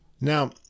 now